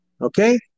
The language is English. Okay